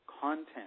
content